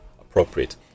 appropriate